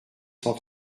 cent